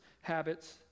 habits